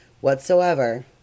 whatsoever